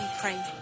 pray